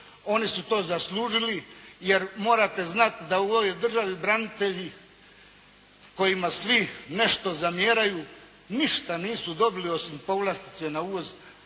Oni su to zaslužili, jer morate znati da u ovoj državi branitelji kojima svi nešto zamjeraju ništa nisu dobili osim povlastice na uvoz